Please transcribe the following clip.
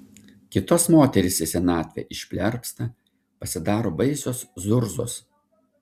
kitos moterys į senatvę išplerpsta pasidaro baisios zurzos